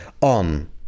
on